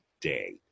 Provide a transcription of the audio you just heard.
day